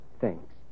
thanks